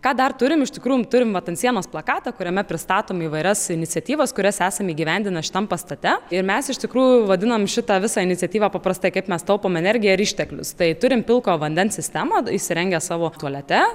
ką dar turim iš tikrųjų turim va ant sienos plakatą kuriame pristatom įvairias iniciatyvas kurias esam įgyvendinę šitam pastate ir mes iš tikrųjų vadinam šitą visą iniciatyvą paprastai kaip mes taupom energiją ir išteklius tai turim pilko vandens sistemą įsirengę savo tualete